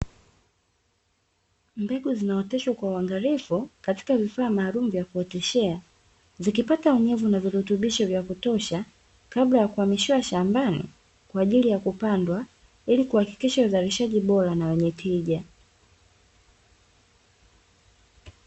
Mbegu zinaoteshwa kwa uangalifu katika vifaa maalumu vya kuoteshea, zikipata unyevu na virutubisho vya kutosha kabla ya kuhamishiwa shambani kwa ajili ya kupandwa, ili kuhakikisha uzalishaji bora na wenye tija.